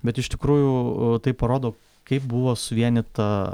bet iš tikrųjų tai parodo kaip buvo suvienyta